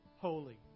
holy